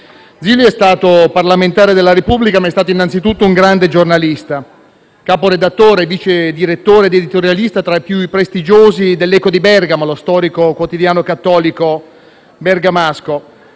Zilio è stato parlamentare della Repubblica, ma è stato innanzitutto un grande giornalista. Caporedattore, vice direttore ed editorialista tra i più prestigiosi dell'«Eco di Bergamo», lo storico quotidiano cattolico bergamasco,